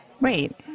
Wait